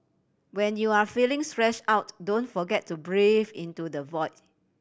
when you are feeling stress out don't forget to breathe into the void